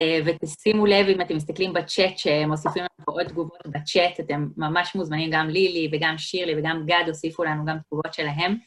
ותשימו לב, אם אתם מסתכלים בצ'אט, שהם מוסיפים לנו פה עוד תגובות בצ'אט, אתם ממש מוזמנים, גם לילי וגם שירלי וגם גד הוסיפו לנו גם תגובות שלהם.